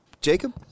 Jacob